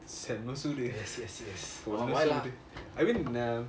செம்ம சூடு:semma soodu I mean